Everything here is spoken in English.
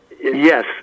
yes